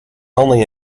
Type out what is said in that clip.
only